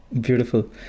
beautiful